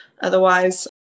Otherwise